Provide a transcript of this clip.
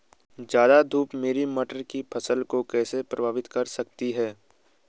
ज़्यादा धूप मेरी मटर की फसल को कैसे प्रभावित कर सकती है?